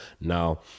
Now